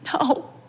no